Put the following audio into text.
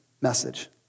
message